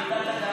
רעידת אדמה.